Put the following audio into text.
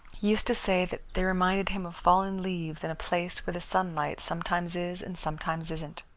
used to say that they reminded him of fallen leaves in a place where the sunlight sometimes is and sometimes isn't.